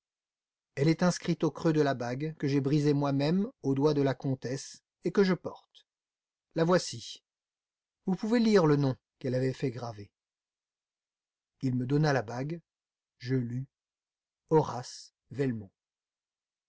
elle est inscrite au creux de la bague que j'ai brisée moi-même au doigt de la comtesse et que je porte la voici vous pouvez lire le nom qu'elle avait fait graver il me donna la bague je lus horace velmont